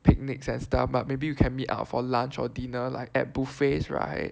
picnics and stuff but maybe we can meet out for lunch or dinner like at buffets right